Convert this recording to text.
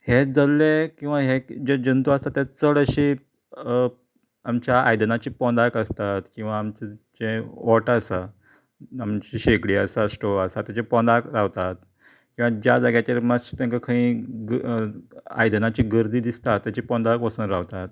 हे जल्लें किंवां हे जें जंतू आसा ते चड अशी आमच्या आयदनाची पोंदाक आसतात किंवां आमचें जे ओटो आसा आमची शेगडी आसा स्टोव आसा तेज्या पोंदाक रावतात किंवां ज्या जाग्याचेर तेंका मात्शें खंय आयदनाची गर्दी दिसता तेच्या पोंदाक वचून रावतात